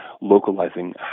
localizing